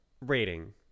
rating